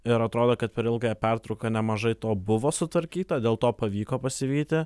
ir atrodo kad per ilgąją pertrauką nemažai to buvo sutvarkyta dėl to pavyko pasivyti